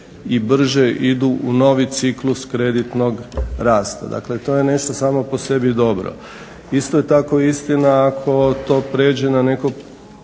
i brže idu u novi ciklus kreditnog rasta. Dakle to je nešto samo po sebi dobro. Isto je to tako istina ako to pređe na neko